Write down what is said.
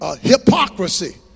hypocrisy